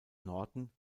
norton